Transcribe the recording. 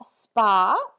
Spa